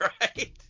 Right